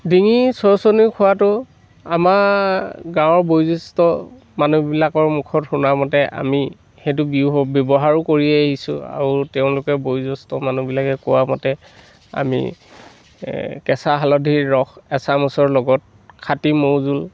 ডিঙি চৰ্চৰণি খোৱাটো আমাৰ গাঁৱৰ বয়োজ্য়েষ্ঠ মানুহবিলাকৰ মুখত শুনামতে আমি সেইটো গৃহ ব্যৱহাৰো কৰি আহিছোঁ আৰু তেওঁলোকে বয়োজ্য়েষ্ঠ মানুহবিলাকে কোৱা মতে আমি কেঁচা হালধিৰ ৰস এচামুচৰ লগত খাটি মৌজোল